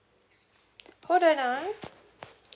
hold on ah